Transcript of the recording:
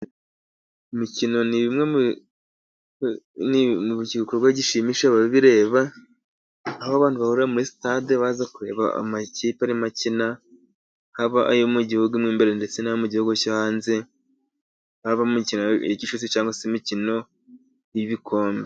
Imikino ni bimwe mu bikorwa bishimisha ababireba, aho abantu bahurira muri sitade baza kureba amakipe arimo gukina, yaba ayo mu gihugu imbere ndetse n’ayo mu bindi bihugu. Haba hari imikino ya gicuti cyangwa se imikino y’ibikombe.